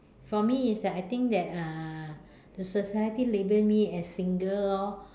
for me is that I think that uh the society label me as single lor